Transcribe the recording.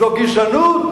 זו גזענות?